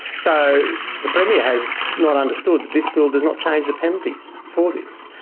so the premier has not understood that this bill does not change the penalties for this.